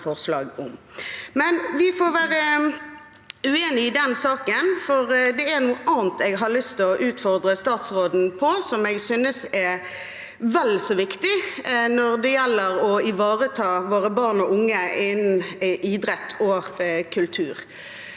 vi får være uenige i den saken. Det er noe annet jeg har lyst til å utfordre statsråden på, som jeg synes er vel så viktig når det gjelder å ivareta våre barn og unge innen idrett og kultur.